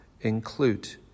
include